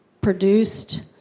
produced